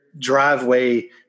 driveway